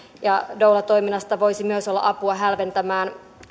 doulatoiminnasta voisi olla apua myös hälventämään